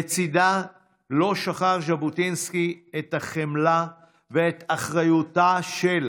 לצידה לא שכח ז'בוטינסקי את החמלה ואת אחריותה של